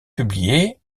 publié